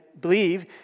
believe